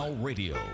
Radio